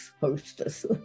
hostess